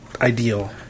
ideal